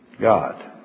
God